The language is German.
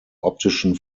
optischen